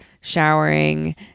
showering